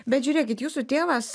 bet žiūrėkit jūsų tėvas